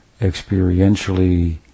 experientially